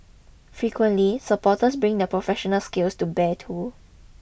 frequently supporters bring their professional skills to bear too